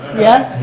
yeah.